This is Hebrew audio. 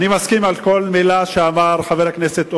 אני מסכים עם כל מלה שאמר חבר הכנסת אורון,